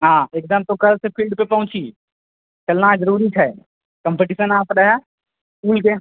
हँ एकदम तू कलसँ फिल्डपर पहुँची खेलनाइ जरूरी छै कम्पीटशन अहाँके रहै इसकुलके